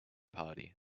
party